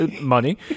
money